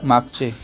मागचे